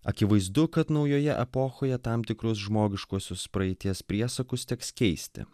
akivaizdu kad naujoje epochoje tam tikrus žmogiškuosius praeities priesakus teks keisti